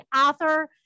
author